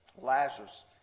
Lazarus